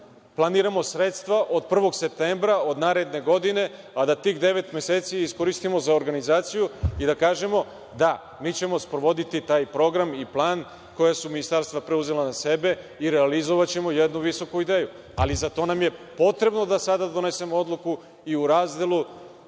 planiramo sredstva od 1. septembra, od naredne godine, a da tih devet meseci iskoristimo za organizaciju i da kažemo – da, mi ćemo sprovoditi taj program i plan koja su ministarstva preuzela na sebe i realizovaćemo jednu visoku ideju. Ali, za to nam je potrebno da sada donesemo odluku i u razdelu